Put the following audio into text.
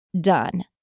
done